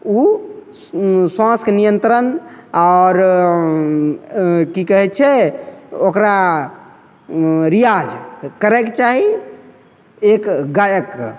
ओ श्वासके नियन्त्रण आओर अँ कि कहै छै ओकरा अँ रिआज करैके चाही एक गायकके